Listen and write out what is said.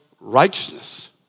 righteousness